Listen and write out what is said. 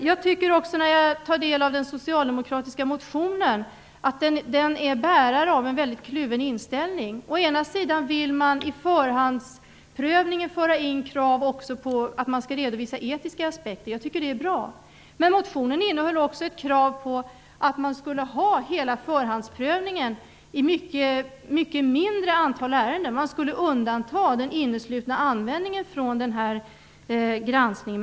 Jag tycker också att den socialdemokratiska motionen är bärare av en väldigt kluven inställning. Å ena sidan vill man i förhandsprövningen föra in krav också på redovisning av etiska aspekter. Jag tycker att det är bra. Men motionen innehåller också ett krav på förhandsprövning av ett mycket mindre antal ärenden. Den inneslutna användningen skall undantas från denna granskning.